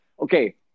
Okay